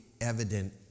evident